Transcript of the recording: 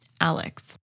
Alex